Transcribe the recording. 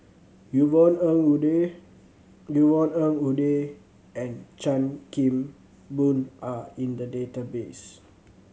Yvonne Ng Uhde Yvonne Ng Uhde and Chan Kim Boon are in the database